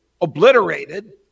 obliterated